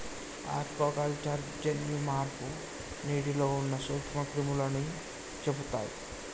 aquaculture జన్యు మార్పు నీటిలో ఉన్న నూక్ష్మ క్రిములని చెపుతయ్